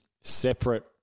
separate